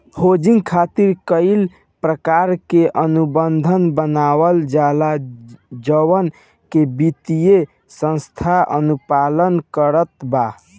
hedging खातिर कई प्रकार के अनुबंध बनावल जाला जवना के वित्तीय संस्था अनुपालन करत बा